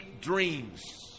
dreams